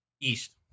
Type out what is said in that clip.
East